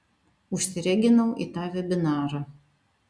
užsireginau į tą vebinarą